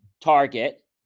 Target